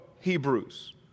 Hebrews